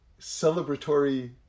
celebratory